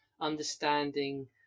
understanding